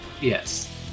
Yes